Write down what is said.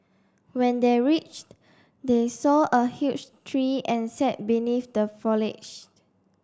when they reached they saw a huge tree and sat beneath the foliage